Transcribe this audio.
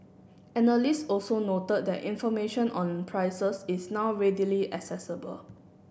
analyst also noted that information on prices is now readily accessible